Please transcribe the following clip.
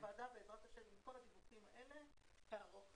הוועדה עם כל הדיווחים האלה תערוך